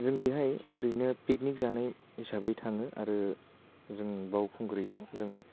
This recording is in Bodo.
जों बेहाय ओरैनो पिकनिक जानाय हिसाबै थाङो आरो जों बावखुंग्रियाव जों